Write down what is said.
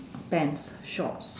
pants shorts